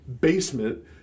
basement